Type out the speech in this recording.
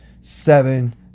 seven